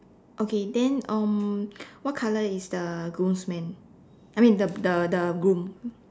okay then um what color is the groomsman I mean the the the groom